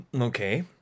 Okay